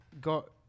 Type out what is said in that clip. got